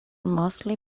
mostly